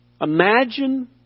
Imagine